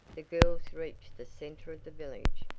the girls reached the center of the village,